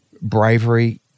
bravery